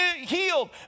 healed